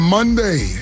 Monday